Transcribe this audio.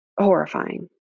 horrifying